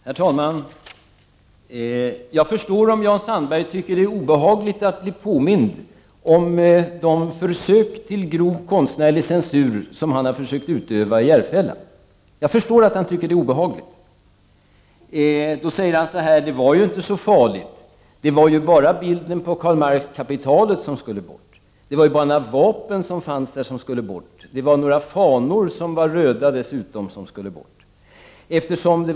Herr talman! Jag förstår att Jan Sandberg tycker att det är obehagligt att bli påmind om de försök han gjort till grov konstnärlig censur i Järfälla. Han säger sedan att detta inte var så farligt. Det var ju bara bilden av Karl Marx Kapitalet som skulle bort. Det var bara några vapen som fanns där och några fanor som dessutom var röda som skulle bort.